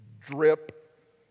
drip